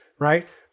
right